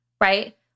right